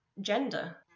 gender